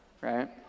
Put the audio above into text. right